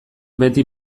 beti